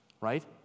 right